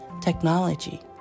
technology